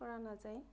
কৰা নাযায়